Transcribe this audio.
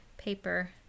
paper